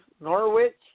Norwich